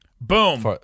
boom